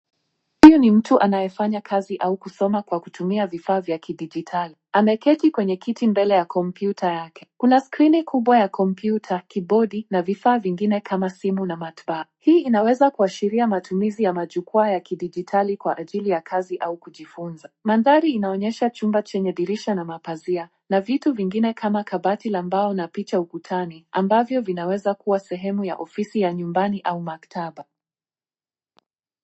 Huyu ni mtu anayefanya kazi au kusoma kwa kutumia vifaa vya kidijitali. Ameketi kwenye kiti mbele ya kompyuta yake. Kuna skrini kubwa ya kompyuta, kibodi na vifaa vingine kama simu na matbaa. Hii inaweza kuashiria matumizi ya jukwaa ya kidijitali kwa ajili ya kazi au kujifunza. Mandhari inaonyesha chumba chenye dirisha na mapazia na vitu vingine kama kabati la mbao na picha ukutani ambavyo vinaweza kuwa sehemu ya ofisi ya nyumbani au maktaba.